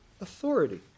authority